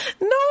no